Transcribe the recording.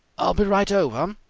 i'll be right over!